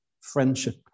friendship